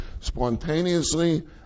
spontaneously